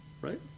right